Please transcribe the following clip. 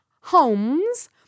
homes